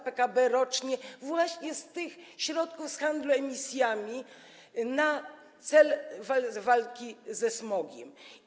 PKB rocznie właśnie z tych środków z handlu emisjami na cel walki ze smogiem.